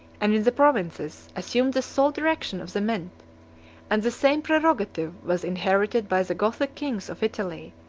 and in the provinces, assumed the sole direction of the mint and the same prerogative was inherited by the gothic kings of italy,